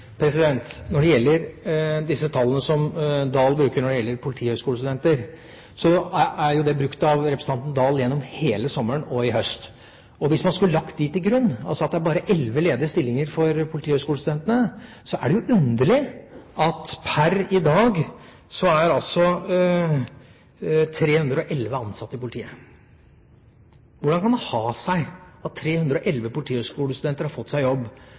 tallene Dahl bruker når det gjelder politihøyskolestudenter, er brukt av representanten gjennom hele sommeren og i høst. Hvis man skulle lagt dem til grunn, altså at det bare er elleve ledige stillinger for politihøyskolestudentene, er det jo underlig at per i dag er altså 311 ansatt i politiet. Hvordan kan det ha seg at 311 politihøyskolestudenter har fått seg jobb